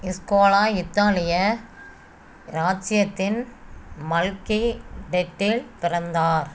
இஸ்கோலா இத்தாலிய ராஜ்ச்சியத்தின் மல்கேடெட்டில் பிறந்தார்